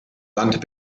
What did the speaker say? land